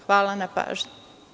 Hvala na pažnji.